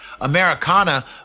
Americana